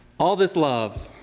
all this love.